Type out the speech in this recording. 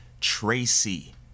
Tracy